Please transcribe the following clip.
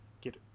get